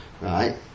right